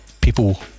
people